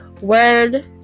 Word